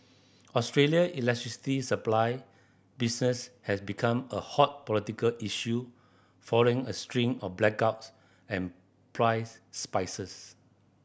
Australia electricity supply business has becomes a hot political issue following a string of blackouts and price spices